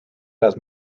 las